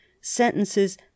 sentences